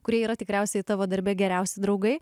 kurie yra tikriausiai tavo darbe geriausi draugai